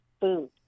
food